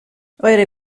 eure